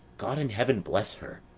god in heaven bless her!